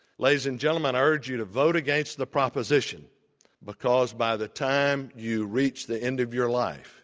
ladies and gentlemen, i urge you to vote against the proposition because by the time you reach the end of your life,